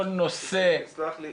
כל נושא --- סלח לי,